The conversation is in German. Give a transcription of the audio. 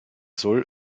soll